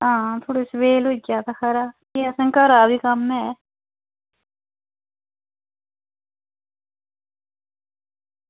थोह्ड़ा सबेल होई जा खरा भी असें घरा दा बी कम्म ऐ